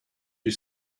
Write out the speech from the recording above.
you